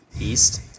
east